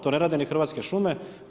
To ne rade ni Hrvatske šume.